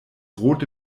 rote